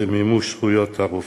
במימוש זכויות רפואיות.